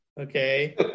Okay